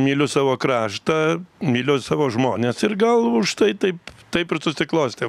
myliu savo kraštą myliu savo žmones ir gal už tai taip taip ir susiklostė